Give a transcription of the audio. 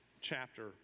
chapter